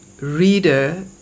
reader